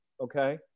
Okay